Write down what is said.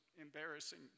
embarrassing